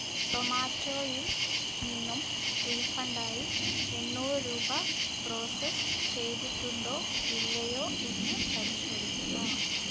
സൊമാറ്റോയിൽ നിന്നും റീഫണ്ടായി എണ്ണൂറ് രൂപ പ്രോസസ്സ് ചെയ്തിട്ടുണ്ടോ ഇല്ലയോ എന്ന് പരിശോധിക്കുക